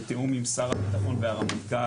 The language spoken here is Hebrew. בתיאום עם שר הביטחון והרמטכ"ל,